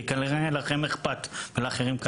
כי כנראה לכם אכפת ולאחרים לא.